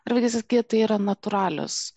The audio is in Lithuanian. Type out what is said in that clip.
ar visgi tai yra natūralios